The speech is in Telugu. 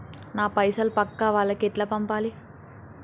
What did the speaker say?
నా పైసలు పక్కా వాళ్లకి ఎట్లా పంపాలి?